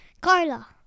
Carla